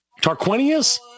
Tarquinius